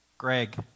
Greg